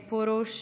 מאיר פרוש,